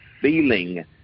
feeling